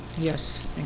Yes